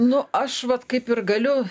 nu aš vat kaip ir galiu